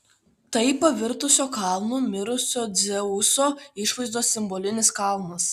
tai pavirtusio kalnu mirusio dzeuso išvaizdos simbolinis kalnas